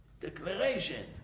Declaration